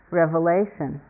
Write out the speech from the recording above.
revelation